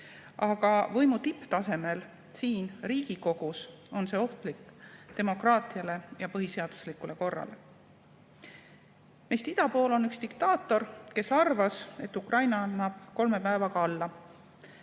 aga võimu tipptasandil siin Riigikogus on see ohtlik demokraatiale ja põhiseaduslikule korrale. Meist ida pool on üks diktaator, kes arvas, et Ukraina annab kolme päevaga alla.